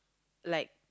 like